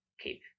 keep